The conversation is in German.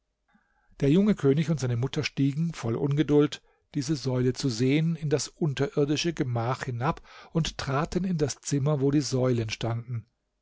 der junge könig und seine mutter stiegen voll ungeduld diese säule zu sehen in das unterirdische gemach hinab und traten in das zimmer wo die säulen standen